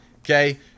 okay